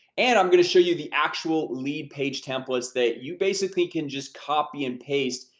and i'm gonna show you the actual lead page templates that you basically can just copy and paste,